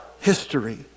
history